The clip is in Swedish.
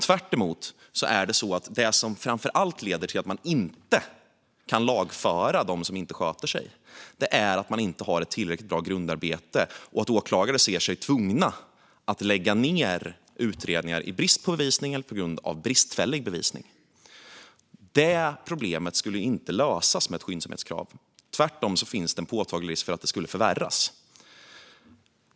Tvärtom är det som framför allt leder till att man inte kan lagföra dem som inte sköter sig att man inte har ett tillräckligt bra grundarbete och att åklagare ser sig tvungna att lägga ned utredningar i brist på bevisning eller på grund av bristfällig bevisning. Det problemet skulle inte lösas med ett skyndsamhetskrav. Tvärtom finns en påtaglig risk för att det skulle förvärras.